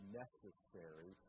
necessary